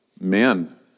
men